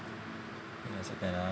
yeah some time ah